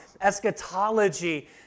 eschatology